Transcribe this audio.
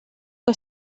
que